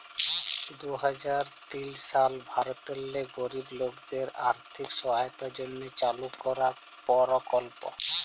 দু হাজার তিল সালে ভারতেল্লে গরিব লকদের আথ্থিক সহায়তার জ্যনহে চালু করা পরকল্প